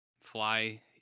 Fly